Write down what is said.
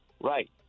Right